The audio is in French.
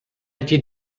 été